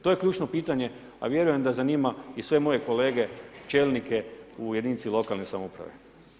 To je ključno pitanje, a vjerujem da zanima i sve moje kolege čelnike u jedinici lokalne samouprave.